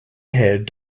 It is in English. ahead